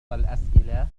الأسئلة